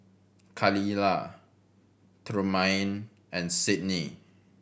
Khalilah Trumaine and Sydney